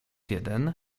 jeden